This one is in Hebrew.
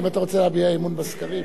האם אתה רוצה להביע אי-אמון בסקרים?